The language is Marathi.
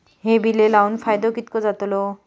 हे बिये लाऊन फायदो कितको जातलो?